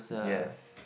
yes